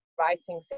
writing